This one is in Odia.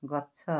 ଗଛ